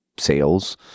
sales